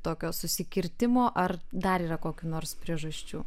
tokio susikirtimo ar dar yra kokių nors priežasčių